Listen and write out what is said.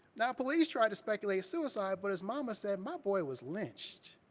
now, police tried to speculate a suicide, but his mama said, my boy was lynched.